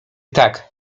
tak